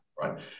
right